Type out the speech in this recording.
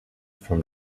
from